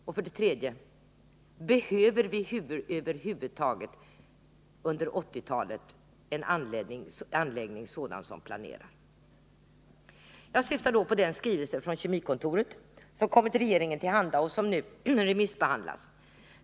Och för det tredje: Behöver vi över huvud taget under 1980-talet en anläggning sådan som den som är planerad? Jag syftar då på den skrivelse från Kemikontoret som kommit regeringen till handa och som nu remissbehandlats.